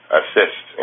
assist